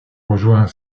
rejoint